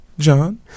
John